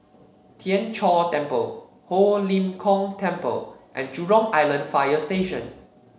Tien Chor Temple Ho Lim Kong Temple and Jurong Island Fire Station